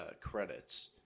credits